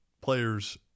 players